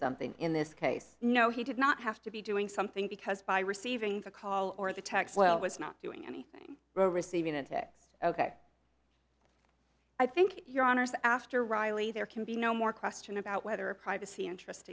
something in this case no he did not have to be doing something because by receiving the call or the text well was not doing anything wrong receiving a text ok i think your honors after riley there can be no more question about whether a privacy interest